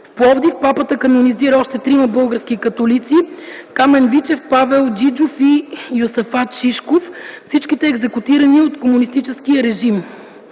в Пловдив папата канонизира още трима български католици – Камен Вичев, Павел Джиджов и Йосафат Шишков – всичките екзекутирани от комунистическия режим.